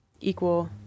equal